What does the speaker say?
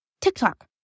TikTok